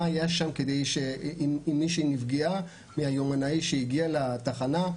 מה היה שם ואם מישהי נפגעה מהיומנאי כשהגיעה לתחנה.